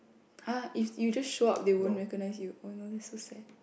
!huh! if you just show up they won't recognize you oh no that's so sad